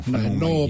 no